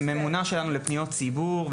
הממונה שלנו לפניות ציבור,